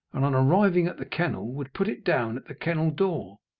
and on arriving at the kennel would put it down at the kennel door.